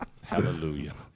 hallelujah